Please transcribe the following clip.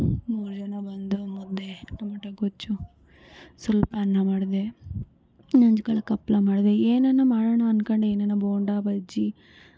ಮೂರು ಜನ ಬಂದ್ರು ಮುದ್ದೆ ಟೊಮಾಟೋ ಗೊಜ್ಜು ಸ್ವಲ್ಪ ಅನ್ನ ಮಾಡ್ದೆ ನಂಚ್ಕೊಳ್ಳೋಕ್ಕೆ ಹಪ್ಳ ಮಾಡ್ದೆ ಏನಾನ ಮಾಡೋಣ ಅನ್ಕೊಂಡೆ ಏನಾನ ಬೋಂಡಾ ಬಜ್ಜಿ